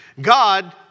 God